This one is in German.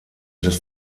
des